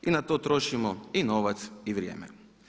I na to trošimo i novac i vrijeme.